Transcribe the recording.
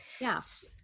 yes